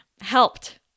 helped